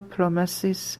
promesis